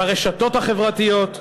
ברשתות החברתיות.